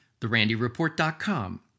therandyreport.com